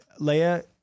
Leia